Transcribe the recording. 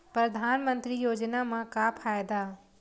परधानमंतरी योजना म का फायदा?